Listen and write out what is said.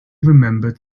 remembered